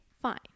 fine